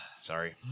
Sorry